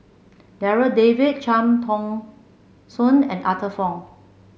Darryl David Cham Tao Soon and Arthur Fong